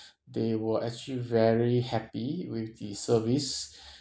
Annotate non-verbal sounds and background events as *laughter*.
they were actually very happy with the service *breath*